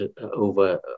over